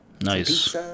nice